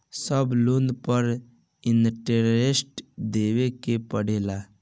सब लोन पर इन्टरेस्ट देवे के पड़ेला?